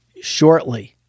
shortly